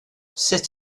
sut